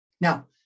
Now